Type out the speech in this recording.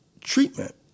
treatment